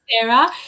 Sarah